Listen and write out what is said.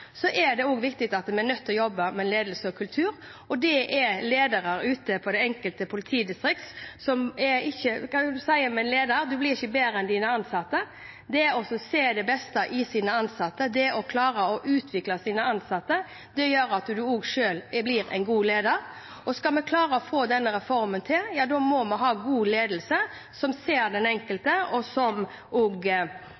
enkelte politidistrikt. En kan si at en leder ikke blir bedre enn sine ansatte. Det å se det beste i sine ansatte, det å klare å utvikle sine ansatte – det gjør at en også selv blir en god leder. Og skal vi klare å få til denne reformen, må vi ha en god ledelse som ser den